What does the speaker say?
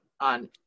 on